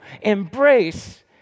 embrace